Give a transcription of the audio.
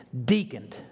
deaconed